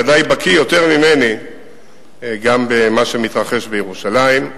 ובוודאי בקי יותר ממני גם במה שמתרחש בירושלים.